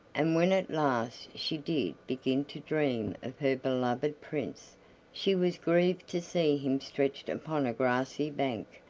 and when at last she did begin to dream of her beloved prince she was grieved to see him stretched upon a grassy bank,